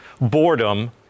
boredom